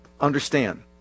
understand